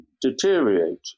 deteriorate